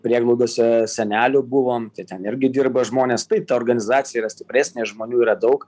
prieglaudose senelių buvom tai ten irgi dirba žmonės taip ta organizacija yra stipresnė ir žmonių yra daug